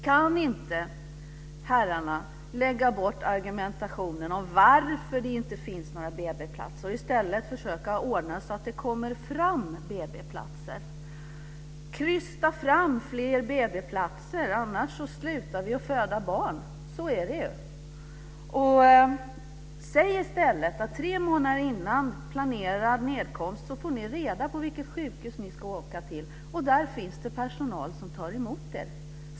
Kan inte herrarna lägga bort argumentationen om varför det inte finns några BB-platser och i stället försöka ordna så att det kommer fram BB-platser? "Krysta fram fler BB-platser annars slutar vi att föda barn!" Så är det ju. Säg i stället: "Tre månader innan planerad nedkomst får ni reda på vilket sjukhus ni ska åka till, och där finns det personal som tar emot er."